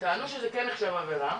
טענו שכן נחשב עבירה